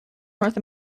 north